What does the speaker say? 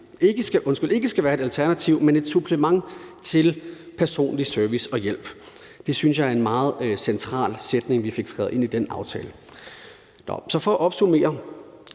ikke skal være et alternativ, men et supplement til personlig service og hjælp. Det synes jeg er en meget central sætning, vi fik skrevet ind i den aftale. For at opsummere